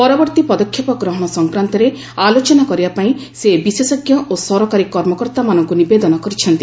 ପରବର୍ତ୍ତୀ ପଦକ୍ଷେପ ଗ୍ରହଣ ସଫ୍ରାନ୍ତରେ ଆଲୋଚନା କରିବା ପାଇଁ ସେ ବିଶେଷଜ୍ଞ ଓ ସରକାରୀ କର୍ମକର୍ତ୍ତାମାନଙ୍କୁ ନିବେଦନ କରିଛନ୍ତି